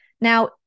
Now